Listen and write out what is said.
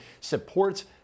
supports